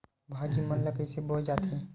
भाजी मन ला कइसे बोए जाथे?